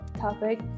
topic